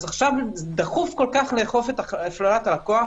אז עכשיו דחוף כל כך לאכוף את הפללת הלקוח?